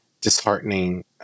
disheartening